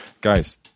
Guys